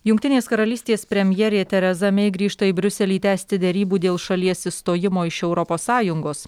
jungtinės karalystės premjerė tereza mei grįžta į briuselį tęsti derybų dėl šalies išstojimo iš europos sąjungos